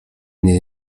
nie